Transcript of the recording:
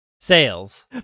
sales